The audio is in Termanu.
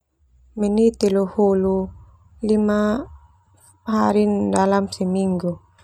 Menit telu huluh, lima hari dalam seminggu.